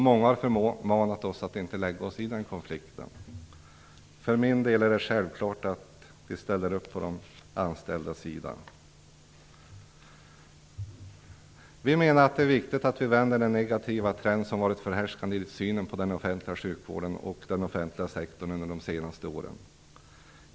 Många har förmanat oss att inte lägga oss i den konflikten. För min del är det självklart att vi ställer upp på de anställdas sida. Vi menar att det är viktigt att vi vänder den negativa trend som varit förhärskande i synen på den offentliga sjukvården och den offentliga sektorn under de senaste åren.